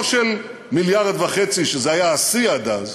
לא של 1.5 מיליארד, זה היה השיא עד אז,